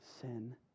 sin